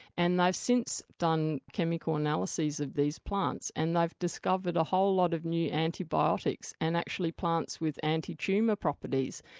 and they've since done chemical analyses of these plants and they've discovered a whole lot of new antibiotics and actually plants with anti-tumour properties.